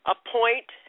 Appoint